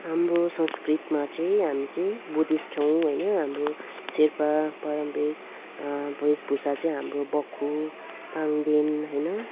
हाम्रो संस्कृतिमा चाहिँ हामी चाहिँ बुद्धिस्ट हौ होइन हाम्रो सेर्पा पारम्परिक भेषभूषा चैँ हाम्रो बक्खु पाङ्देन होइन